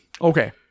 Okay